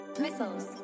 missiles